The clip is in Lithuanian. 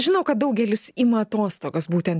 žinau kad daugelis ima atostogas būtent